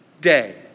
day